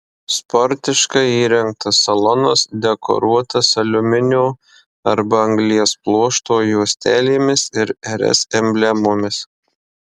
sportiškai įrengtas salonas dekoruotas aliuminio arba anglies pluošto juostelėmis ir rs emblemomis